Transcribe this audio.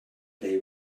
they